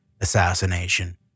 assassination